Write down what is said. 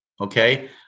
Okay